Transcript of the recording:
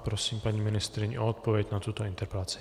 Prosím paní ministryni o odpověď na tuto interpelaci.